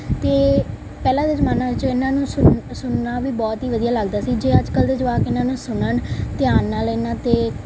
ਅਤੇ ਪਹਿਲਾਂ ਦੇ ਜ਼ਮਾਨੇ 'ਚ ਇਹਨਾਂ ਨੂੰ ਸੁਣਨ ਸੁਣਨਾ ਵੀ ਬਹੁਤ ਹੀ ਵਧੀਆ ਲੱਗਦਾ ਸੀ ਜੇ ਅੱਜ ਕੱਲ੍ਹ ਦੇ ਜਵਾਕ ਇਹਨਾਂ ਨੂੰ ਸੁਣਨ ਧਿਆਨ ਨਾਲ ਇਹਨਾਂ 'ਤੇ